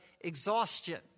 exhaustion